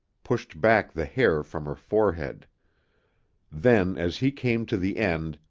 pushed back the hair from her forehead then, as he came to the end,